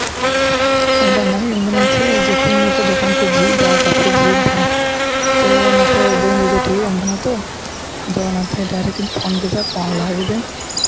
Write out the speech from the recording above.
ᱟᱫᱚ ᱫᱟᱫᱟ ᱢᱮᱱᱮᱫ ᱛᱟᱦᱮᱱᱤᱧ ᱪᱮᱫ ᱛᱤᱱ ᱡᱚᱠᱷᱚᱡ ᱫᱚᱠᱟᱱ ᱯᱮ ᱡᱷᱤᱡ ᱫᱟ ᱵᱟᱯᱮ ᱡᱷᱤᱡᱫᱟ ᱛᱚ ᱚᱱᱟᱛᱮ ᱵᱟᱹᱧ ᱵᱩᱡᱷᱟᱹᱣ ᱴᱷᱮᱠᱮᱜ ᱛᱚ ᱟᱫᱚ ᱚᱱᱟᱛᱮ ᱰᱟᱭᱨᱮᱠᱴ ᱤᱧ ᱯᱷᱳᱱ ᱠᱮᱫᱟ ᱯᱷᱳᱱ ᱞᱟᱦᱟ ᱠᱤᱫᱟᱹᱧ